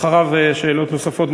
אחריו, שאלות נוספות.